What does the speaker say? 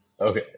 Okay